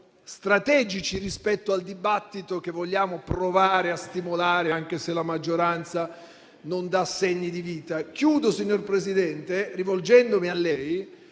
strategici rispetto al dibattito che vogliamo provare a stimolare, anche se la maggioranza non dà segni di vita. Chiudo, signor Presidente, rivolgendomi a lei